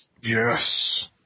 Yes